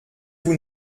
vous